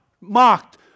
mocked